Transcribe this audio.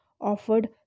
offered